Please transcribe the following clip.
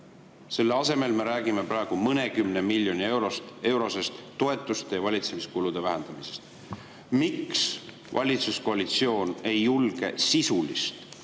Selle asemel me räägime praegu mõnekümne miljoni eurosest toetuste ja valitsemiskulude vähendamisest. Miks valitsuskoalitsioon ei julge ellu viia riigi